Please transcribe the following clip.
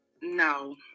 No